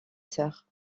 sœurs